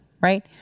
right